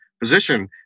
position